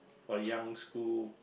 for young school